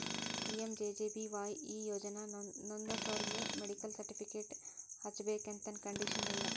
PMJJBY ಈ ಯೋಜನಾ ನೋಂದಾಸೋರಿಗಿ ಮೆಡಿಕಲ್ ಸರ್ಟಿಫಿಕೇಟ್ ಹಚ್ಚಬೇಕಂತೆನ್ ಕಂಡೇಶನ್ ಇಲ್ಲ